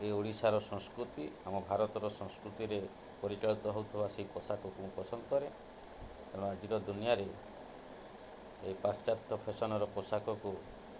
ଏଇ ଓଡ଼ିଶାର ସଂସ୍କୃତି ଆମ ଭାରତର ସଂସ୍କୃତିରେ ପରିଚାଳିତ ହେଉଥିବା ସେହି ପୋଷାକକୁ ମୁଁ ପସନ୍ଦ କରେ ତେଣୁ ଆଜିର ଦୁନିଆରେ ଏ ପାଶ୍ଚାତ୍ୟ ଫେସନ୍ର ପୋଷାକକୁ